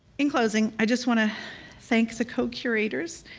in closing, i just wanna thank the co-curators,